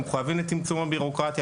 אנחנו מחויבים לצמצום הביורוקרטיה,